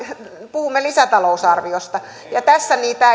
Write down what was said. puhumme lisätalousarviosta ja tässä niitä